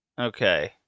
Okay